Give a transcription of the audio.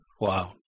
Wow